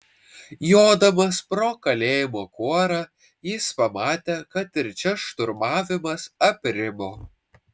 jodamas pro kalėjimo kuorą jis pamatė kad ir čia šturmavimas aprimo